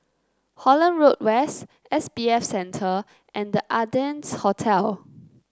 Holland Road West S B F Center and The Ardennes Hotel